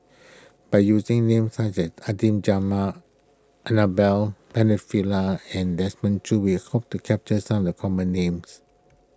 by using names such as Adan Annabel and Desmond Choo we hope to capture some the common names